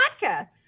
vodka